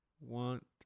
want